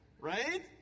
right